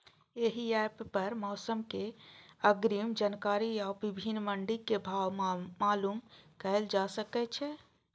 एहि एप पर मौसम के अग्रिम जानकारी आ विभिन्न मंडी के भाव मालूम कैल जा सकै छै